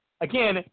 again